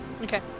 Okay